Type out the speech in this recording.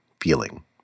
feeling